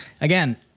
Again